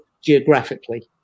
geographically